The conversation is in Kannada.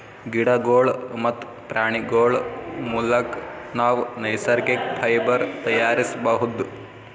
ಗಿಡಗೋಳ್ ಮತ್ತ್ ಪ್ರಾಣಿಗೋಳ್ ಮುಲಕ್ ನಾವ್ ನೈಸರ್ಗಿಕ್ ಫೈಬರ್ ತಯಾರಿಸ್ಬಹುದ್